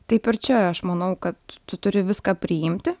taip ir čia aš manau kad tu turi viską priimti